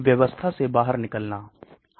अब कई कारक इस घुलनशीलता को प्रभावित करते हैं